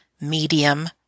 medium